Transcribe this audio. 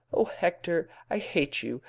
oh, hector, i hate you,